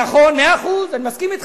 נכון, מאה אחוז, אני מסכים אתך.